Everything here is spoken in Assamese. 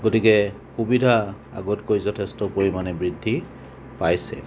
গতিকে সুবিধা আগতকৈ যথেষ্ট পৰিমাণে বৃদ্ধি পাইছে